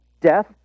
death